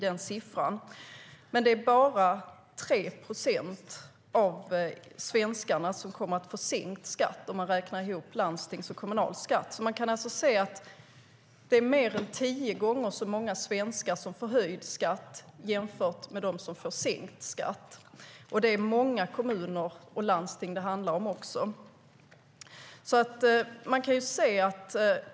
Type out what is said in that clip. Men det är bara 3 procent av svenskarna som kommer att få sänkt skatt om man räknar ihop landstings och kommunalskatt. Man kan alltså se att det är mer än tio gånger så många svenskar som får höjd skatt jämfört med dem som får sänkt skatt. Det handlar om många kommuner och landsting.